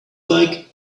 like